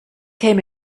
came